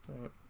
Right